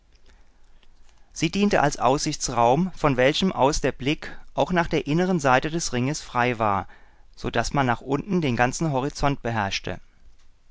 sie diente als aussichtsraum von welchem aus der blick auch nach der inneren seite des ringes frei war so daß man nach unten den ganzen horizont beherrschte